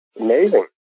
amazing